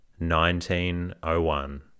1901